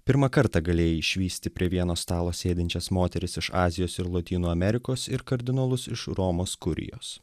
pirmą kartą galėjai išvysti prie vieno stalo sėdinčias moteris iš azijos ir lotynų amerikos ir kardinolus iš romos kurijos